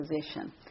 position